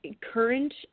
current